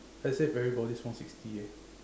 I saved everybody one sixty eh